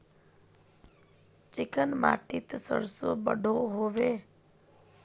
Chicken माटित सरसों बढ़ो होबे?